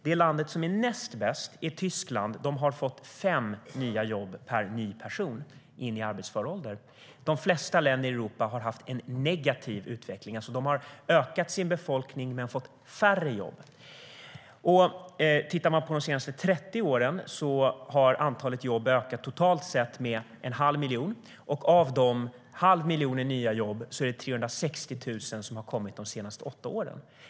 Det land som är näst bäst är Tyskland. De har fått fem nya jobb per ny person i arbetsför ålder. De flesta länder i Europa har haft en negativ utveckling. De har ökat sin befolkning men fått färre jobb. Under de senaste 30 åren har antalet jobb ökat totalt sett med en halv miljon. Av de nya jobben är det 360 000 som har kommit de senaste åtta åren.